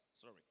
sorry